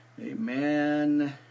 Amen